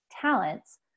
talents